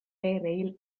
rail